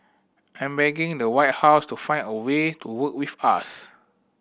I'm begging the White House to find a way to work with us